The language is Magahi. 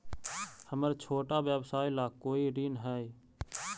हमर छोटा व्यवसाय ला कोई ऋण हई?